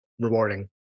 rewarding